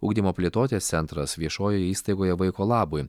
ugdymo plėtotės centras viešojoje įstaigoje vaiko labui